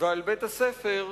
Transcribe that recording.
ועל בית-הספר,